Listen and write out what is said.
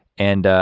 and